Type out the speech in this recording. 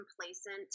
complacent